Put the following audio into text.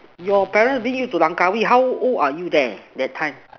your parents bring you to Langkawi how old are you there that time